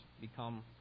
become